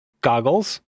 goggles